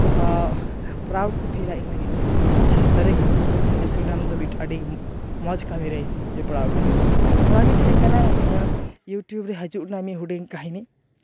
proud ᱠᱚ ᱯᱷᱤᱞᱼᱟ ᱤᱧ ᱞᱟᱹᱜᱤᱫ ᱛᱮ ᱡᱮ ᱦᱮᱸ ᱥᱟᱹᱨᱤᱜᱮ ᱡᱮ ᱥᱨᱤᱨᱟᱢ ᱫᱚ ᱢᱤᱫᱴᱮᱡ ᱟᱹᱰᱤ ᱢᱚᱸᱡ ᱠᱟᱹᱢᱤᱨᱮᱭ ᱡᱚᱯᱲᱟᱣ ᱟᱠᱟᱱᱟ ᱱᱚᱣᱟᱜᱮ ᱛᱟᱦᱮᱸ ᱠᱟᱱᱟ ᱤᱧᱟᱹᱜ ᱤᱭᱩᱴᱩᱵᱽ ᱨᱮ ᱦᱤᱡᱩᱜ ᱨᱮᱭᱟᱜ ᱢᱤᱫ ᱦᱩᱰᱤᱧ ᱠᱟᱹᱦᱱᱤ